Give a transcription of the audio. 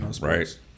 Right